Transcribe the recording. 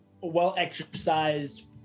well-exercised